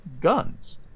guns